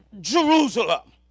Jerusalem